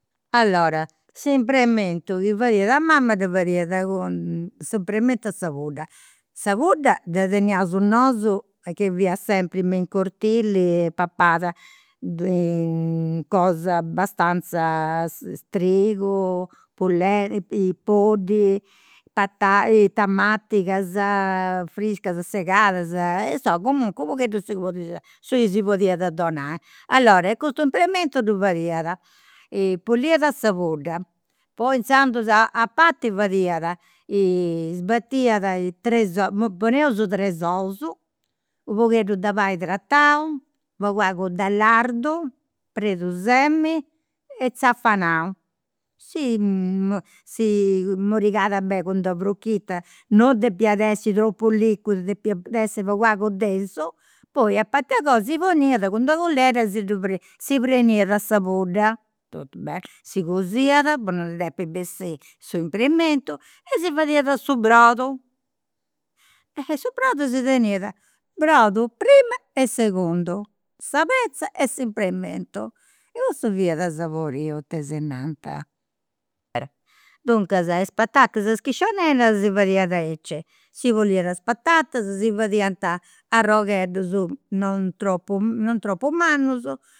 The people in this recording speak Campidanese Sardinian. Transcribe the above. Allora su preimentu chi fadiat mama ddu fadiat cun su preimentu de sa pudda. Sa pudda dda teniaus nosu chi fiat sempri me in cortili, papat cosa abastanza, trigu pulenta, poddi, patata, tamatigas, friscas segadas, insoma comunque u' si podia su chi si podiat donai. Allora custu preimentu ddu fadiat, puliat sa pudda, poi inzandus a part fadiat, sbatiat tres ous, poneus tres ous, u' pogheddu de pani tratau, pagu pagu de lardu, perdusemini, e si morigada beni cun d'una frochita, non depiat essi tropu liquidu, depiat essi pagu pagu densu, poi a part'e agoa si poniat cun d'una cullera e si ddu, si preniat sa pudda, totu beni, si cosiat po non ndi depi bessiri su prenimentu e si fadiat su brodu. Su brodu si teniat, brodu prima e segundu, sa petza e su prenimentu. Cussu fiat saboriu, tesinanta. Duncas is patatas a schiscionera si fadiat aici, si puliat is patatas, si fadiant arrogheddus non tropo non tropo mannus